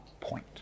point